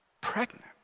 pregnant